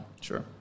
Sure